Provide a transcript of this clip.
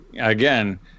again